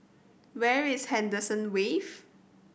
where is Henderson Wave